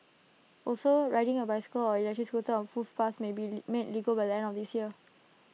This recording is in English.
also riding A bicycle or electric scooter on footpaths may be made legal by the end of this year